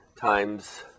times